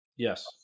Yes